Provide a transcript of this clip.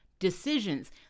decisions